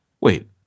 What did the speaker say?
wait